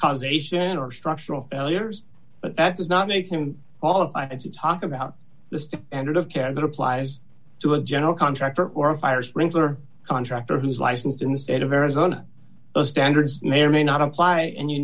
causation or structural failures but that does not make him all i had to talk about the end of care that applies to a general contractor or a fire sprinkler contractor who's licensed in the state of arizona standards may or may not apply and you